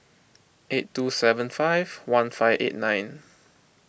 eight two seven five one five eight nine